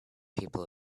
people